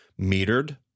metered